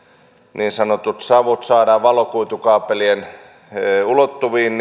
niin sanotut savut saadaan valokuitukaapelien ulottuviin